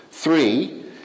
Three